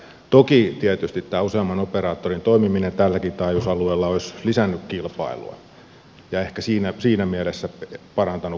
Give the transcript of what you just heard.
toki tietysti useamman operaattorin toimiminen tälläkin taajuusalueella olisi lisännyt kilpailua ja ehkä siinä mielessä parantanut kuluttajan etua